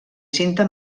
cinta